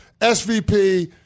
SVP